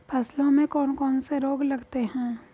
फसलों में कौन कौन से रोग लगते हैं?